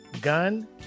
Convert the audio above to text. gun